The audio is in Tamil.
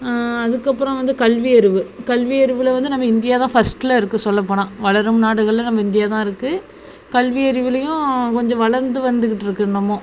அதுக்கப்புறம் வந்து கல்வியறிவு கல்வியறிவில் வந்து நம்ம இந்தியா தான் ஃபஸ்டில் இருக்குது சொல்லப்போனால் வளரும் நாடுகளில் நம்ம இந்தியா தான் இருக்குது கல்வியறிவுலேயும் கொஞ்சம் வளர்ந்து வந்துக்கிட்டு இருக்குது இன்னமும்